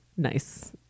nice